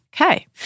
Okay